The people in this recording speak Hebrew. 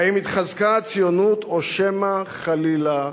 האם התחזקה הציונות, או שמא, חלילה,